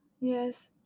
yes